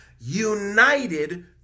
united